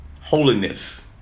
holiness